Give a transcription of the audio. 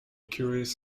curious